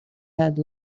had